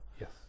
Yes